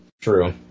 True